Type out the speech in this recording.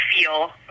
feel